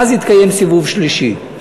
ואז התקיים סיבוב שלישי.